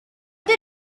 they